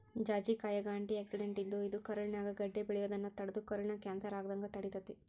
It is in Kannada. ಜಾಜಿಕಾಯಾಗ ಆ್ಯಂಟಿಆಕ್ಸಿಡೆಂಟ್ ಇದ್ದು, ಇದು ಕರುಳಿನ್ಯಾಗ ಗಡ್ಡೆ ಬೆಳಿಯೋದನ್ನ ತಡದು ಕರುಳಿನ ಕ್ಯಾನ್ಸರ್ ಆಗದಂಗ ತಡಿತೇತಿ